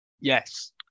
yes